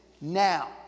now